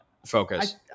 focus